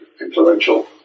influential